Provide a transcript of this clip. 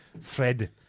Fred